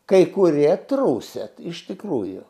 kai kurie triūsiat iš tikrųjų